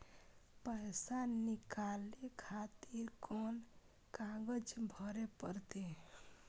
पैसा नीकाले खातिर कोन कागज भरे परतें?